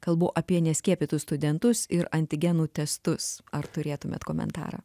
kalbu apie neskiepytus studentus ir antigenų testus ar turėtumėt komentarą